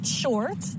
short